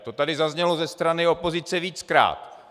To tady zaznělo ze strany opozice víckrát.